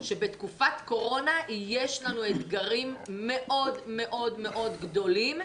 שבתקופת קורונה יש לנו אתגרים מאוד מאוד גדולים.